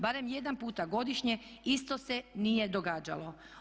Barem jedan puta godišnje isto se nije događalo.